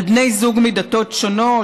על בני זוג מדתות שונות,